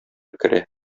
керә